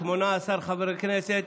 18 חברי כנסת,